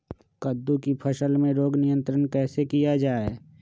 कददु की फसल में रोग नियंत्रण कैसे किया जाए?